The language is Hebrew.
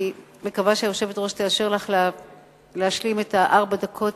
אני מקווה שהיושבת-ראש תאשר לך להשלים את ארבע הדקות,